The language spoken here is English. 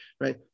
right